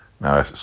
Now